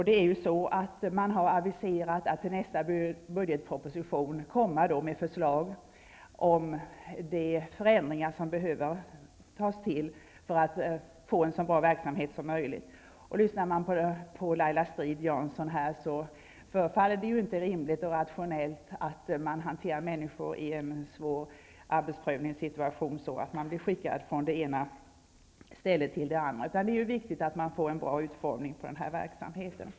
Det har aviserats att det i nästa budgetproposition kommer förslag om de förändringar som behöver göras för att få en så bra verksamhet som möjligt. Som Laila Strid-Jansson säger, förefaller det inte rimligt och rationellt att hantera människor i en svår arbetsprövningssituation så att de blir skickade från det ena stället till det andra, utan det är viktigt att få till stånd en bra utformning av verksamheten.